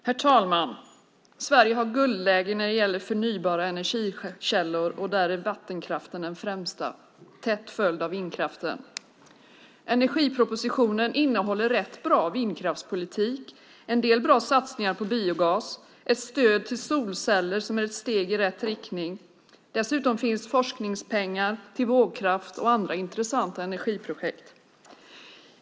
Herr talman! Sverige har guldläge när det gäller förnybara energikällor, och där är vattenkraften den främsta tätt följd av vindkraften. Energipropositionen innehåller rätt bra vindkraftspolitik, en del bra satsningar på biogas och stöd till solceller, som är ett steg i rätt riktning. Dessutom finns forskningspengar till vågkraft och andra intressanta energiprojekt.